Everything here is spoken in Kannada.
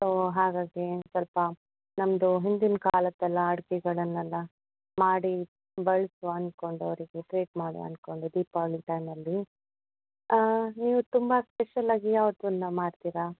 ಸೋ ಹಾಗಾಗಿ ಸ್ವಲ್ಪ ನಮ್ಮದು ಹಿಂದಿನ ಕಾಲ್ದ ಎಲ್ಲ ಅಡಿಗೆಗಳನ್ನೆಲ್ಲ ಮಾಡಿ ಬಳಸುವ ಅನ್ಕೊಂಡೆ ಅವರಿಗೆ ಟ್ರೀಟ್ ಮಾಡುವ ಅಂದ್ಕೊಂಡೆ ದೀಪಾವಳಿ ಟೈಮಲ್ಲಿ ನೀವು ತುಂಬ ಸ್ಪೆಷಲ್ ಆಗಿ ಯಾವುದನ್ನ ಮಾಡ್ತೀರಾ